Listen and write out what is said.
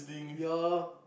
ya